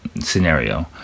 scenario